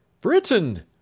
Britain